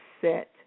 set